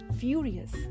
Furious